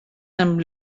amb